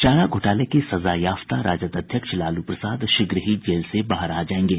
चारा घोटाले के सजायाफ्ता राजद अध्यक्ष लालू प्रसाद शीघ्र ही जेल से बाहर आ जायेंगे